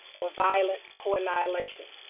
or violent coannihilation.